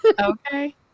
Okay